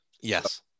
yes